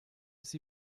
sie